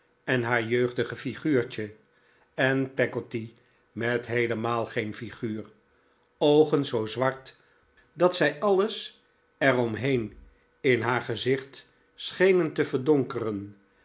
en haar jeugdige figuurtje en peggotty met heelemaal geen figuur oogen zoo zwart dat zij alles er om heen in haar gezicht schenen te verdonkeren